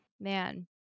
Man